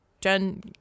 Jen